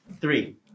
three